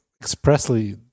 expressly